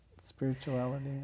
spirituality